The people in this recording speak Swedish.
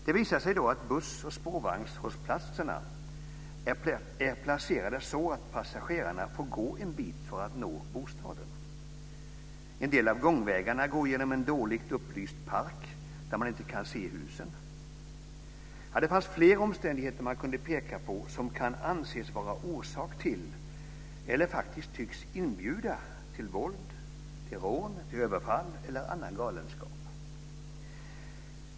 Det visar sig då att buss och spårvagnshållplatserna är placerade så att passagerarna får gå en bit för att nå bostaden. En del av gångvägarna går genom en dåligt upplyst park, där man inte kan se husen. Man kan peka på flera omständigheter som kan anses vara orsak eller faktiskt tycks inbjuda till våld, rån, överfall eller annan galenskap.